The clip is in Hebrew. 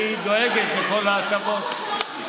שדואגת לכל ההטבות.